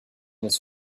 his